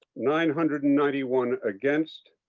nine hundred and ninety one against.